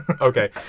Okay